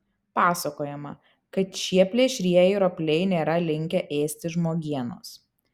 pasakojama kad šie plėšrieji ropliai nėra linkę ėsti žmogienos